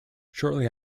shortly